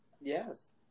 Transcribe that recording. yes